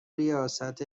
ریاست